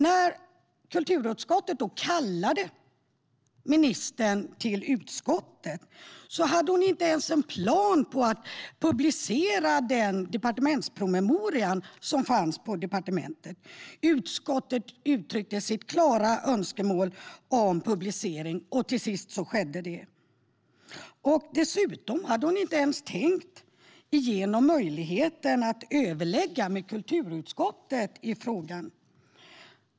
När kulturutskottet kallade ministern till sig hade hon inte ens en plan på att publicera den departementspromemoria som fanns på departementet. Utskottet uttryckte sitt tydliga önskemål om publicering och till sist skedde det. Dessutom hade hon inte ens tänkt igenom möjligheten att överlägga med kulturutskottet i frågan.